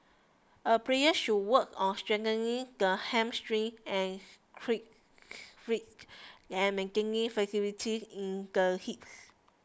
a player should work on strengthening the hamstring and and maintaining flexibility in the hips